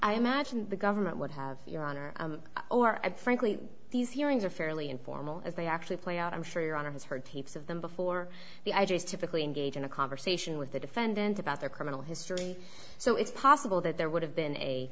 i imagine the government would have your honor or at frankly these hearings are fairly informal as they actually play out i'm sure your honor has heard tapes of them before the idea is typically engage in a conversation with the defendant about their criminal history so it's possible that there would have been a